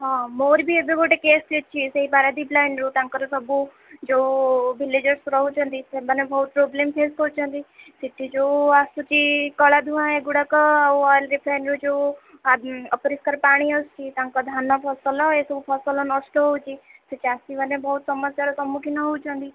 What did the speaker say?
ହଁ ମୋର ବି ଏବେ ଗୋଟେ କେସ୍ ଚାଲିଛି ସେଇ ପାରାଦ୍ୱୀପ ଲାଇନରୁ ତାଙ୍କର ସବୁ ଯୋଉ ଭିଲେଜରସ ରହୁଛନ୍ତି ସେମାନେ ବହୁତ ପ୍ରୋବ୍ଲେମ ଫେସ କରୁଛନ୍ତି ସେଠି ଯୋଉ ଆସୁଛି କଳା ଧୂଆଁ ଏଗୁଡ଼ାକ ଆଉ ଅଏଲ ରିଫାଇନରୁ ଯୋଉ ଅପରିଷ୍ପାର ପାଣି ଆସୁଛି ତାଙ୍କ ଧାନ ଫସଲ ଏ ସବୁ ଫସଲ ନଷ୍ଟ ହେଉଛି ସେ ଚାଷୀମାନେ ବହୁ ସମସ୍ୟାର ସମ୍ମୁଖୀନ ହେଉଛନ୍ତି